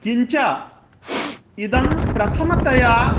किञ्च इदं प्रथमतया